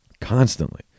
constantly